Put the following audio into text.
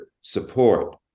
support